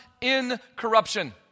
incorruption